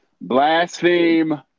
blaspheme